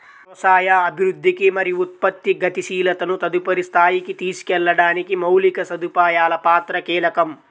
వ్యవసాయ అభివృద్ధికి మరియు ఉత్పత్తి గతిశీలతను తదుపరి స్థాయికి తీసుకెళ్లడానికి మౌలిక సదుపాయాల పాత్ర కీలకం